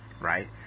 right